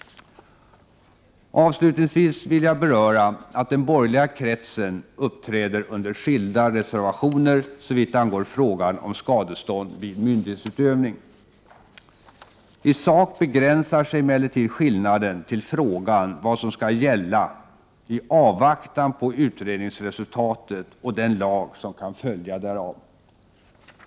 Avslutningsvis vill jag beröra att den borgerliga kretsen uppträder under skilda reservationer, såvitt angår frågan om skadestånd vid myndighetsutövning. I sak begränsar sig emellertid skillnaden till frågan vad som skall gälla i avvaktan på utredningsresultatet och den lag som kan följa därav.